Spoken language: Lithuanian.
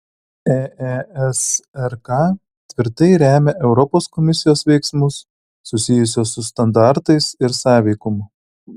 eesrk tvirtai remia europos komisijos veiksmus susijusius su standartais ir sąveikumu